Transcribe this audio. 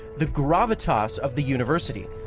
the gravitas of the university.